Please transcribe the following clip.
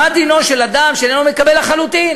של אדם שאיננו מקבל לחלוטין?